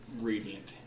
radiant